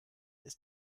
ist